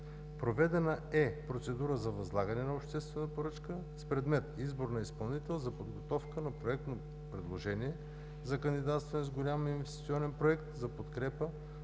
Проведена е процедура за възлагане на обществена поръчка с предмет „Избор на изпълнител за подготовка на проектното предложение за кандидатстване с голям инвестиционен проект за подкрепа